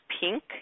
pink